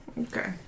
Okay